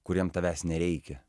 kuriem tavęs nereikia